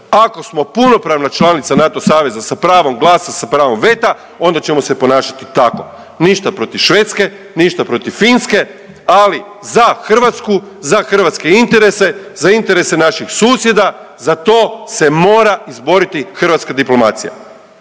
Ako smo punopravna članica NATO saveza sa pravom glasa, sa pravom veta, onda ćemo se ponašati tako. Ništa protiv Švedske, ništa protiv Finske, ali za Hrvatsku, za hrvatske interese, za interese naših susjeda, za to se mora izboriti hrvatska diplomacija.